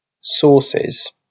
sources